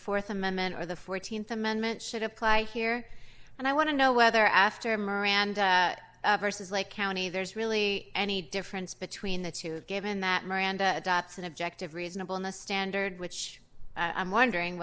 the th amendment or the th amendment should apply here and i want to know whether after miranda versus like county there's really any difference between the two given that miranda dotson objective reasonable in the standard which i'm wondering